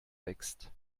wächst